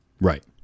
Right